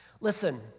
Listen